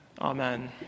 Amen